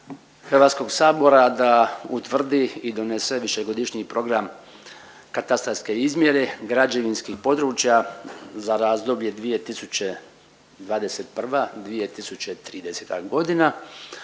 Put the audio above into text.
obveza HS-a da utvrdi i donese višegodišnji program katastarske izmjere građevinskih područja za razdoblje 2021.-2030. a